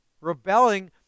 Rebelling